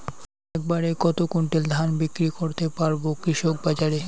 এক বাড়ে কত কুইন্টাল ধান বিক্রি করতে পারবো কৃষক বাজারে?